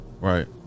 right